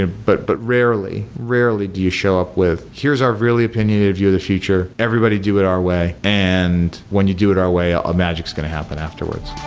ah but but rarely, rarely do you show up with, here's our really opinionated view of the future. everybody do it our way. and when you do it our way, ah ah magic is going to happen afterwards.